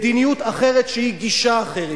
מדיניות אחרת שהיא גישה אחרת,